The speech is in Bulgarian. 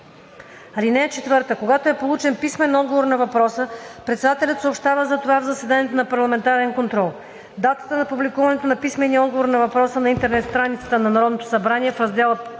(4) Когато е получен писмен отговор на въпроса, председателят съобщава за това в заседанието за парламентарен контрол. Датата на публикуването на писмения отговор на въпроса на интернет страницата на Народното събрание в раздел